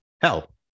hell